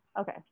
Okay